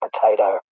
potato